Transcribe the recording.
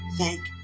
thank